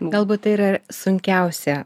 galbūt tai yra sunkiausia